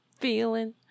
feeling